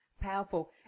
Powerful